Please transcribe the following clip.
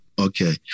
Okay